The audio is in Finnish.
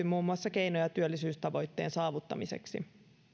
muun muassa keinoja työllisyystavoitteen saavuttamiseksi